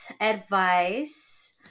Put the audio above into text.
advice